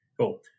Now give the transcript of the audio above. cool